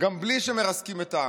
גם בלי שמרסקים את העם.